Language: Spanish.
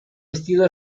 vestido